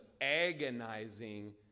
agonizing